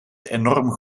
enorm